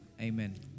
Amen